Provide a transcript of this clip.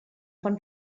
von